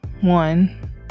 one